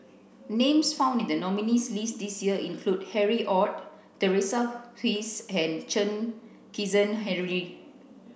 names found in the nominees' list this year include Harry Ord Teresa and Chen Kezhan Henri